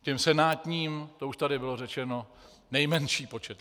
K těm senátním, to už tady bylo řečeno, nejmenší počet lidí.